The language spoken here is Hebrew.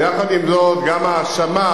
יחד עם זאת, גם ההאשמה,